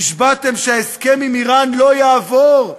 נשבעתם שההסכם עם איראן לא יעבור,